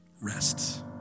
rests